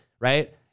Right